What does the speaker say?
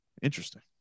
Interesting